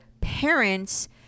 parents